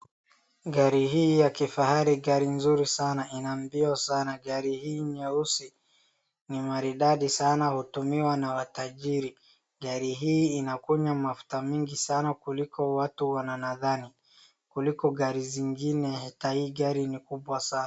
Gari hii ya kifahari ni nzuri sana. Ina mbio sana. Ni nyeusi na maridadi hutumiwa na matajiri. Hutumia mafuta mengi sana kuliko watu wanavyodhani kuliko gari zingine. Ni kubwa sana.